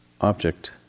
object